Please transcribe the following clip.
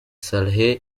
saleh